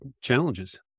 challenges